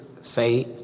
say